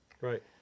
Right